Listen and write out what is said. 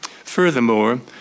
Furthermore